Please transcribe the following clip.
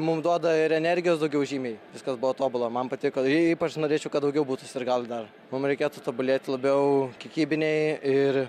mum duoda ir energijos daugiau žymiai viskas buvo tobula man patiko ypač norėčiau kad daugiau būtų sirgalių dar mum reikėtų tobulėt labiau kiekybiniai ir